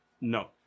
No